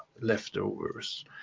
leftovers